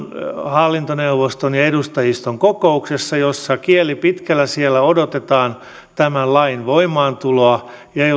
hallintoneuvoston ja edustajiston kokouksessa jossa kieli pitkällä odotetaan tämän lain voimaantuloa ei ole